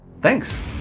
Thanks